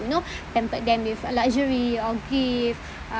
you know pampered them with uh luxury of gift ah